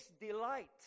delight